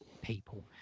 people